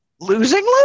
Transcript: losing